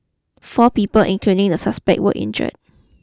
four people including the suspect were injured